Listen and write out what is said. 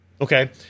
Okay